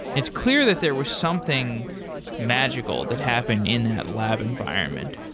it's clear that there was something magical that happened in that lab environment.